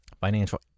financial